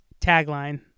tagline